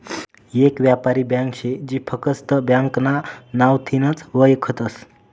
येक यापारी ब्यांक शे जी फकस्त ब्यांकना नावथीनच वयखतस